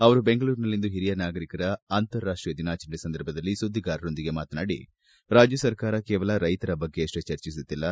ಅವರು ಬೆಂಗಳೂರಿನಲ್ಲಿಂದು ಹಿರಿಯ ನಾಗರಿಕರ ಅಂತಾರಾಷ್ಟೀಯ ದಿನಾಚರಣೆ ಸಂದರ್ಭದಲ್ಲಿ ಸುದ್ದಿಗಾರರೊಂದಿಗೆ ಮಾತನಾಡಿ ರಾಜ್ಯ ಸರ್ಕಾರ ಕೇವಲ ರೈತರ ಬಗ್ಗೆಯಷ್ಷೇ ಚರ್ಚಿಸುತ್ತಿಲ್ಲ